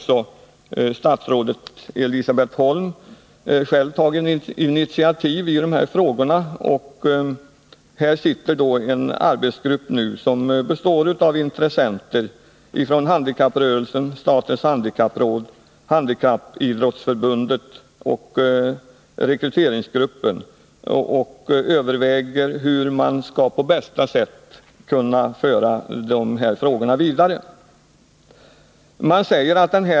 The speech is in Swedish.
Statsrådet Elisabet Holm har själv tagit initiativ i de här frågorna så att det nu finns en arbetsgrupp som består av intressenter från handikapprörelsen, statens handikappråd, Handikappidrottsförbundet och rekryteringsgruppen. Den överväger hur man på bästa sätt skall kunna föra frågorna vidare.